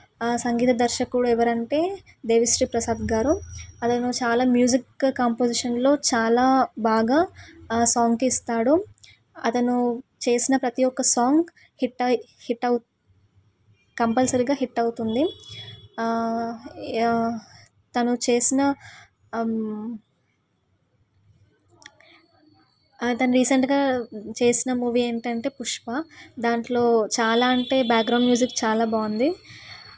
సంగీత దర్శకుడు ఎవరు అంటే దేవిశ్రీప్రసాద్ గారు అతను చాలా మ్యూజిక్ కంపోజిషన్లో చాలా బాగా ఆ సాంగ్కి ఇస్తాడు అతను చేసిన ప్రతి ఒక్క సాంగ్ హిట్ అయ్యి హిట్ అవ్ కంపల్సరీగా హిట్ అవుతుంది తను చేసిన తను రీసెంట్గా చేసిన మూవీ ఏంటంటే పుష్ప దానిలో చాలా అంటే బ్యాక్గ్రౌండ్ మ్యూజిక్ చాలా బాగుంది